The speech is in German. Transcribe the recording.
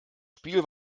spiel